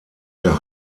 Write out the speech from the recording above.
der